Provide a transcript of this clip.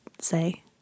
say